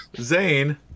Zane